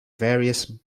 various